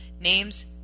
names